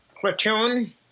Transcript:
Platoon